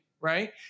right